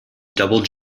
double